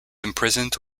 imprisoned